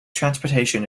transportation